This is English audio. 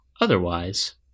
otherwise